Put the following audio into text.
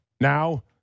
Now